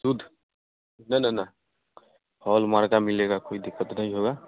शुद्ध न न न हॉलमार्का मिलेगा कोई दिक्कत नहीं होगा